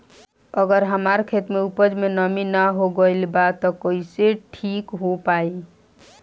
अगर हमार खेत में उपज में नमी न हो गइल बा त कइसे ठीक हो पाई?